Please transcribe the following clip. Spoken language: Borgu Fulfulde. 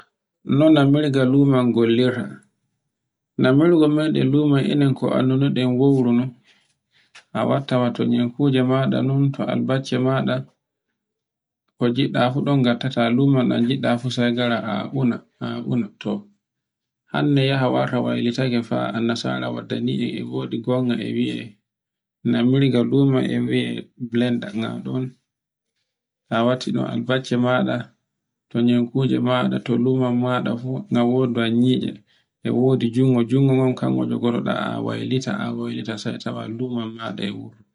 No namirga luman gollirta. Lammirga meɗen luma enan ko anndunoɗe wowru non. watta ta nekkuje maɗa non to albase maɗa ko ngiɗɗa fu ɗon ngatta luman ɗan giɗɗa fu sai gara a una, a una, to hande yaha warta waylitake fa an nasara waddani en e wodi gonga e wi'e nammirgal uma e wi'e bilanda nga ɗon, ta wacciɗn albase maɗa, to nenkuje maɗa, to luman maɗa fu, nga wodu nyice, e wodu jungo, jungo ngon kango jogorɗa a waylita. a waylita sai tawa luman maɗa e wurto.